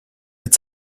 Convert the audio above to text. mit